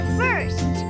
first